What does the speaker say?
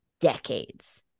decades